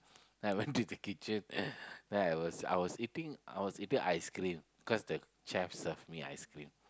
then I went to the kitchen then I was I was eating I was eating ice-cream cause the chef serve me ice-cream